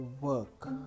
work